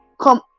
come